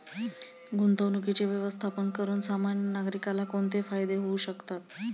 गुंतवणुकीचे व्यवस्थापन करून सामान्य नागरिकाला कोणते फायदे होऊ शकतात?